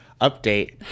update